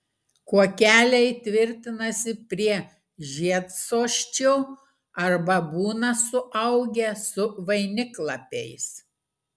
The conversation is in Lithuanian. kuokeliai tvirtinasi prie žiedsosčio arba būna suaugę su vainiklapiais